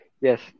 yes